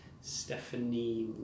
Stephanie